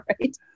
right